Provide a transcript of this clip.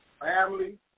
family